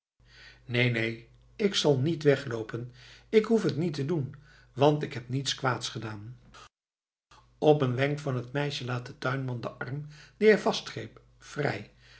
neen neen k zal niet wegloopen k hoef het niet te doen want ik heb niets kwaads gedaan op een wenk van het meisje laat de tuinman den arm dien hij vastgreep vrij